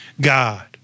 God